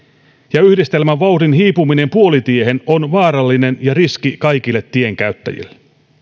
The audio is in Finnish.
ja yhdistelmän vauhdin hiipuminen puolitiehen on vaarallista ja riski kaikille tien käyttäjille